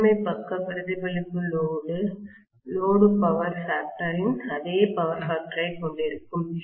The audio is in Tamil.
முதன்மை பக்க பிரதிபலிப்பு லோடு பவர் ஃபேக்டர் ன் அதே பவர் ஃபேக்டர் ஐக் கொண்டிருக்கும்